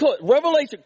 Revelation